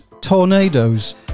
tornadoes